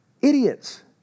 Idiots